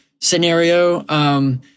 scenario